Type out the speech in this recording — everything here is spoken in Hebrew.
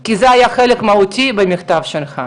כי זה היה חלק מהותי במכתב שלך.